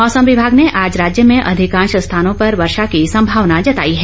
मौसम विभाग ने आज राज्य में अधिकांश स्थानों पर वर्षा की संभावना जताई है